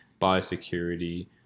biosecurity